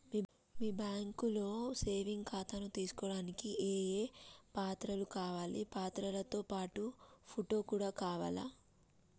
మీ బ్యాంకులో సేవింగ్ ఖాతాను తీసుకోవడానికి ఏ ఏ పత్రాలు కావాలి పత్రాలతో పాటు ఫోటో కూడా కావాలా?